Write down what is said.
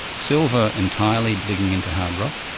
silver entirely digging into hard rock.